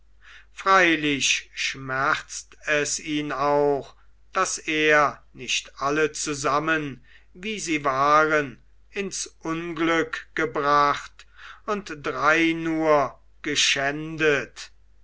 freilich schmerzt es ihn auch daß er nicht alle zusammen wie sie waren ins unglück gebracht und drei nur geschändet